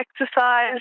exercise